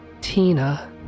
tina